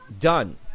done